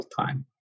time